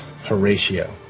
Horatio